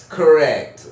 correct